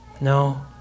No